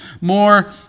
more